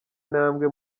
intambwe